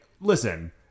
listen